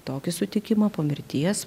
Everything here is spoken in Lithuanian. tokį sutikimą po mirties